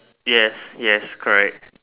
yes yes correct